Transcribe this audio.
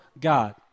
God